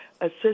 assist